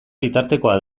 bitartekoa